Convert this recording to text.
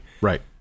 Right